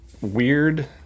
weird